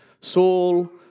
Saul